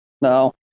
No